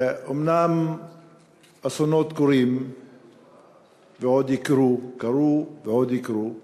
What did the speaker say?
אומנם אסונות קורים ועוד יקרו, קרו ועוד יקרו,